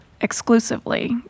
exclusively